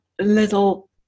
little